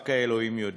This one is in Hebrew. רק אלוהים יודע.